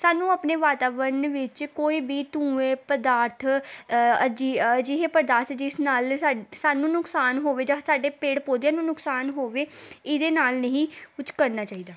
ਸਾਨੂੰ ਆਪਣੇ ਵਾਤਾਵਰਨ ਵਿੱਚ ਕੋਈ ਵੀ ਧੂੰਏ ਪਦਾਰਥ ਅਜੇ ਅਜਿਹੇ ਪਦਾਰਥ ਜਿਸ ਨਾਲ ਸਾਡ ਸਾਨੂੰ ਨੁਕਸਾਨ ਹੋਵੇ ਜਾਂ ਸਾਡੇ ਪੇੜ ਪੌਦਿਆਂ ਨੂੰ ਨੁਕਸਾਨ ਹੋਵੇ ਇਹਦੇ ਨਾਲ ਨਹੀਂ ਕੁਝ ਕਰਨਾ ਚਾਹੀਦਾ